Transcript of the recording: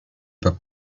pop